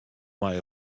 mei